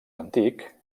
antic